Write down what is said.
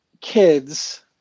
kids